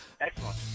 Excellent